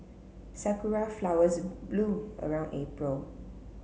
sakura flowers bloom around April